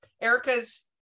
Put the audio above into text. erica's